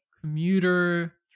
commuter